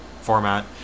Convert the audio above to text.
format